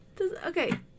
Okay